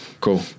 cool